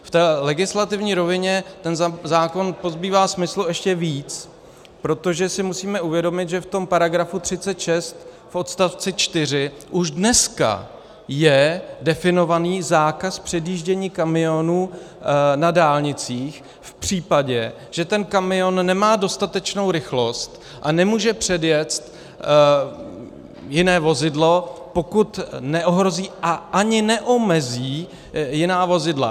V legislativní rovině ten zákon pozbývá smyslu ještě víc, protože si musíme uvědomit, že v § 36 odst. 4 už dneska je definován zákaz předjíždění kamionů na dálnicích v případě, že kamion nemá dostatečnou rychlost a nemůže předjet jiné vozidlo, pokud neohrozí a ani neomezí jiná vozidla.